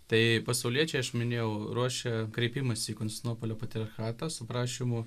tai pasauliečiai aš minėjau ruošia kreipimąsi į konstantinopolio patriarchatą su prašymu